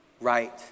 right